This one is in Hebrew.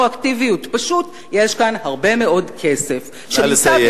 פשוט יש כאן הרבה מאוד כסף, נא לסיים.